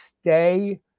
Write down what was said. stay